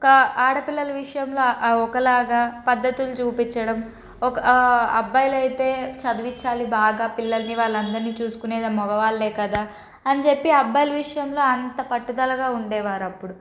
కా ఆడపిల్లల విషయంలో ఒకలాగా పద్ధతులు చూపించడం ఒక అబ్బాయిలు అయితే చదివిచ్చాలి బాగా పిల్లలిని వాళ్ళందరిని చూసుకొనేది మగవాళ్లే కదా అని చెప్పి అబ్బాయిల విషయంలో అంత పట్టుదలగా ఉండేవారప్పుడు